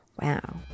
Wow